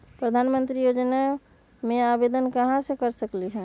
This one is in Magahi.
प्रधानमंत्री योजना में आवेदन कहा से कर सकेली?